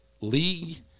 league